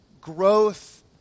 growth